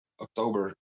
October